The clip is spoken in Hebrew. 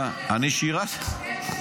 בצבא, הכול קיים, דודי אמסלם --- דקה.